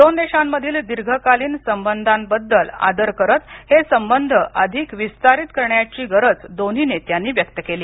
दोन देशांमधील दीर्घकालीन संबंधाबद्दल आदर करत हे संबंध अधिक विस्तारित करण्याची गरज दोन्ही नेत्यांनी व्यक्त केली